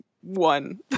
one